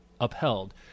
upheld